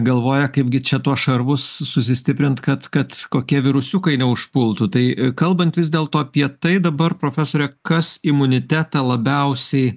galvoja kaipgi čia tuos šarvus susistiprint kad kad kokie virusiukai neužpultų tai kalbant vis dėlto apie tai dabar profesore kas imunitetą labiausiai